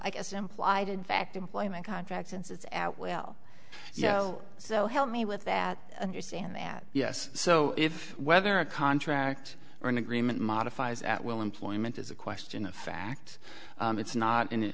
i guess implied in fact employment contract since it's out well you know so help me with that understand that yes so if whether a contract or an agreement modifies at will employment is a question of fact it's not an